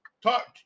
talk